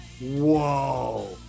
whoa